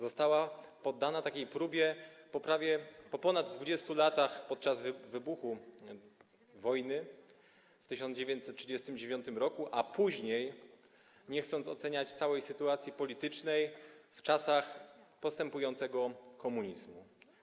Została poddana takiej próbie po ponad 20 latach, podczas wybuchu wojny, w 1939 r., a później - nie chcę oceniać całej sytuacji politycznej - w czasach postępującego komunizmu.